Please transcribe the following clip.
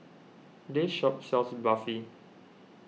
this shop sells Barfi